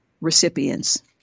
recipients